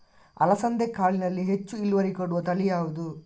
ಅಲಸಂದೆ ಕಾಳಿನಲ್ಲಿ ಹೆಚ್ಚು ಇಳುವರಿ ಕೊಡುವ ತಳಿ ಯಾವುದು?